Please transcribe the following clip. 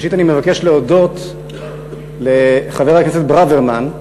ראשית אני מבקש להודות לחבר הכנסת ברוורמן,